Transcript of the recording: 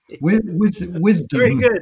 Wisdom